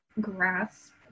grasp